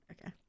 Okay